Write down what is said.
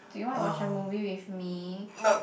do you want to watch a movie with me